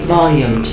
Volume